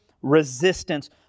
resistance